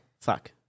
Fuck